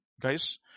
guys